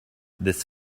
this